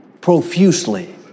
profusely